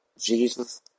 Jesus